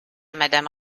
madame